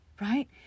right